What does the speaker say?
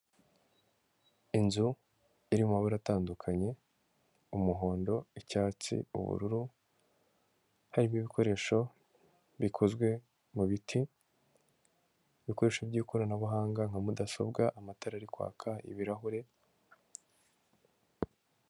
Inzu iri mu mabara atandukanye: umuhondo, icyatsi, ubururu, harimo ibikoresho bikozwe mu biti ibikoresho by'ikoranabuhanga nka: mudasobwa, amatara ari kwaka, ibirahure.